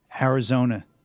Arizona